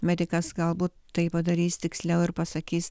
medikas galbūt tai padarys tiksliau ir pasakys